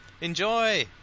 Enjoy